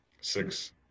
six